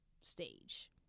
stage